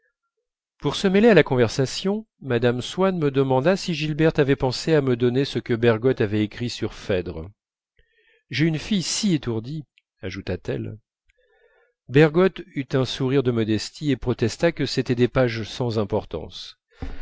pour se mêler à la conversation mme swann me demanda si gilberte avait pensé à me donner ce que bergotte avait écrit sur phèdre j'ai une fille si étourdie ajouta-t-elle bergotte eut un sourire de modestie et protesta que c'étaient des pages sans importance